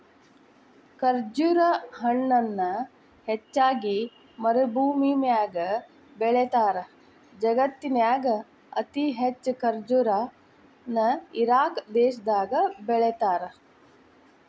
ಖರ್ಜುರ ಹಣ್ಣನ ಹೆಚ್ಚಾಗಿ ಮರಭೂಮ್ಯಾಗ ಬೆಳೇತಾರ, ಜಗತ್ತಿನ್ಯಾಗ ಅತಿ ಹೆಚ್ಚ್ ಖರ್ಜುರ ನ ಇರಾಕ್ ದೇಶದಾಗ ಬೆಳೇತಾರ